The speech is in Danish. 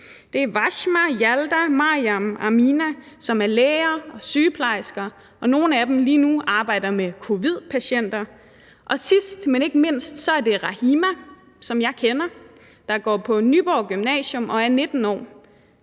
Det er Washma, Rialda, Maryam og Armina, som er læger og sygeplejersker, og nogle af dem arbejder lige nu med covid-19-patienter. Og sidst, men ikke mindst, er det Rahima, som jeg kender, og som går på Nyborg Gymnasium og er 19 år.